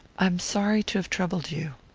i'm sorry to have troubled you.